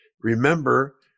Remember